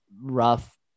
rough